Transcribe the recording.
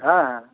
হ্যাঁ হ্যাঁ